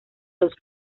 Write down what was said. los